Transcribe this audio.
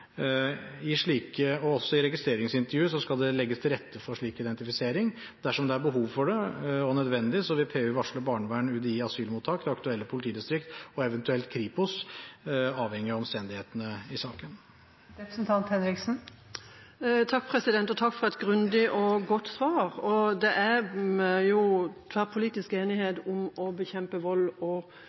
I registreringsintervjuet skal det også legges til rette for slik identifisering. Dersom det er behov for det, og det er nødvendig, vil PU varsle barnevernet, UDI og asylmottak i det aktuelle politidistriktet og eventuelt Kripos avhengig av omstendighetene i saken. Takk for et grundig og godt svar. Det er tverrpolitisk enighet om å bekjempe vold og